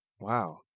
Wow